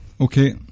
Okay